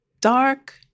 dark